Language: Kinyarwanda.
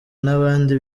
n’abandi